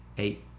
eight